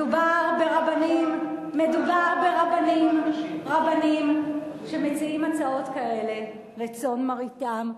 שירת נשים אז מדובר ברבנים שמציעים הצעות כאלה לצאן מרעיתם,